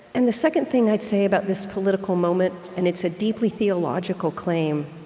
and the second thing i'd say about this political moment and it's a deeply theological claim